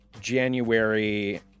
January